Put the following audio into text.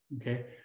okay